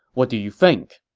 what do you think?